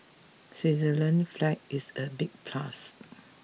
Switzerland's flag is a big plus